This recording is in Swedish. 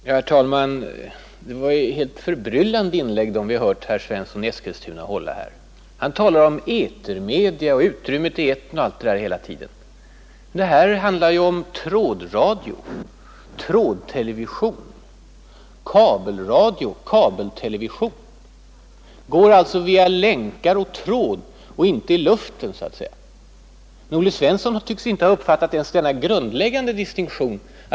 Herr talman! Det är helt förbryllande inlägg vi hört herr Svensson i Eskilstuna hålla här. Han talar hela tiden om etermedia, utrymmet i etern osv. Men det här handlar ju om trådradio, trådtelevision, kabelradio, kabeltelevision. Sändningarna går alltså via länkar och tråd och inte i luften, så att säga. Men herr Svensson tycks inte ens ha uppfattat denna grundläggande distinktion.